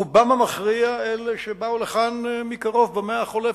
רובם המכריע הם אלה שבאו לכאן מקרוב, במאה החולפת.